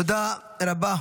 תודה רבה,